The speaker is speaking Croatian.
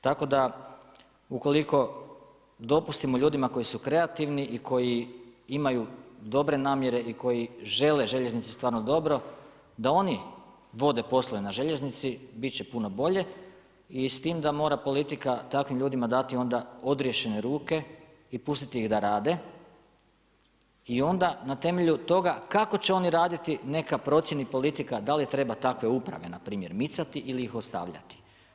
Tako, da ukoliko dopustimo ljudima koji su kreativni i koji imaju dobre namjere i koji žele željeznici stvarno dobro, dao ni vode poslove na željeznici, bit će puno bolje i s tim da mora politika takvim ljudima dati onda odriješene ruke i pustiti ih da rade i onda na temelju toga kako će oni raditi neka procijeni politika da li treba takve uprave npr. micati ili ih ostavljati.